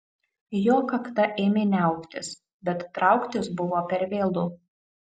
jo kakta ėmė niauktis bet trauktis buvo per vėlu